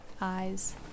eyes